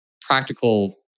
practical